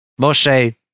Moshe